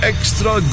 Extra